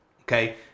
Okay